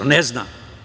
Ne zna.